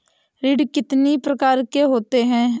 ऋण कितनी प्रकार के होते हैं?